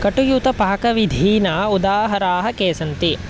कटुयुतपाकविधीना उदाहराः के सन्ति